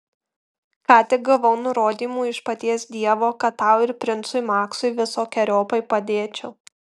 ką tik gavau nurodymų iš paties dievo kad tau ir princui maksui visokeriopai padėčiau